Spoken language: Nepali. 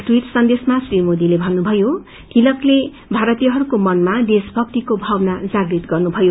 ट्वीट सन्देशमा श्री मोदीले भक्रुभयो तिलकले भारतीयहरूको मनमा देशमक्तिको भावना जागृत गर्नुभयो